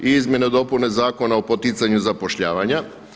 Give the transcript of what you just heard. I izmjene i dopune Zakona o poticanju zapošljavanja.